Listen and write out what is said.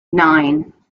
nine